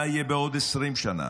מה יהיה בעוד 20 שנה?